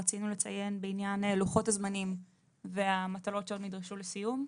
רצינו לציין בעניין לוחות הזמנים והמטלות שעוד נדרשות לסיום.